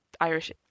Irish